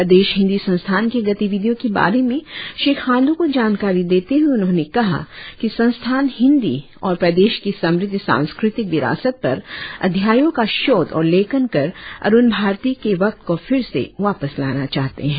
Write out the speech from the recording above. प्रदेश हिंदी संस्थान के गतिविधियों के बारे में श्री खाण्डू को जानकारी देते हुए उन्होंने कहा कि संस्थान हिंदी और प्रदेश की समृद्ध सांस्कृतिक विरासत पर अध्यायों का शोध और लेखन कर अरुण भारती के वक्त को फिर से वापस लाना चाहते है